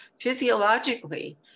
physiologically